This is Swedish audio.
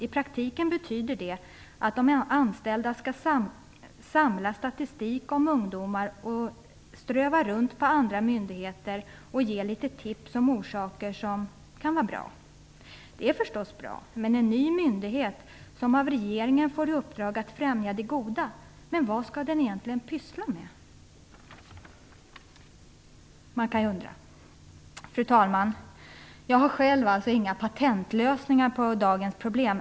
I praktiken betyder det att de anställda ska samla statistik om ungdomar och ströva runt på andra myndigheter och ge lite tips om saker som kan vara bra. Det är förstås bra med en ny myndighet som av regeringen får i uppdrag att främja det goda. Men vad ska den syssla med?" Man kan ju undra. Fru talman! Jag har själv inga patentlösningar på dagens problem.